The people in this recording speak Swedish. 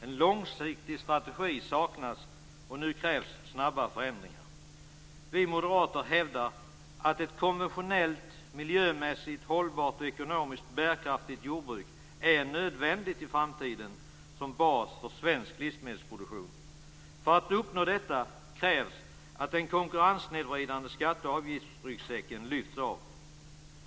En långsiktigt strategi saknas. Nu krävs snabba förändringar. Vi moderater hävdar att ett konventionellt, miljömässigt hållbart, ekonomiskt bärkraftigt jordbruk är nödvändigt i framtiden som bas för svensk livsmedelsproduktion. För att uppnå detta krävs att den konkurrenssnedvridande skatte och avgiftsryggsäcken lyfts av.